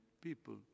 people